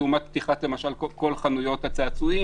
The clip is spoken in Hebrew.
כי אולי נצליח להגיע לאיזושהי בשורה לעם ישראל בתוך תקופה קצרה.